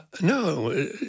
no